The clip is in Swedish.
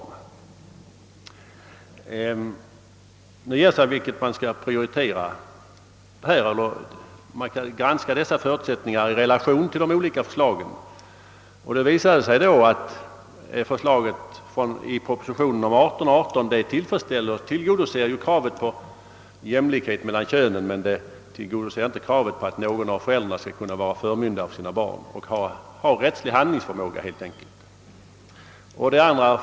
När man frågar sig vilken av dessa synpunkter man skall prioritera, och ställer dem i relation till de olika förslagen, finner man att förslaget i propositionen om siffrorna 18—18 tillgodoser kravet på jämlikhet mellan könen, men det tillgodoser inte kravet på att någon av föräldrarna skall kunna vara förmyndare för sina barn och ha rättslig handlingsförmåga.